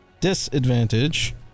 Disadvantage